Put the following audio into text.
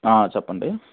చెప్పండి